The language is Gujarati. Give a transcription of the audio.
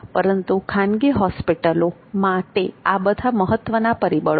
પરંતુ ખાનગી હોસ્પિટલો માટે આ બધા મહત્વના પરિબળો છે